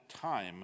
time